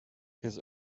his